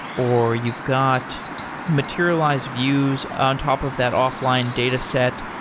or you've got materialized views on top of that offline dataset,